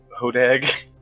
hodag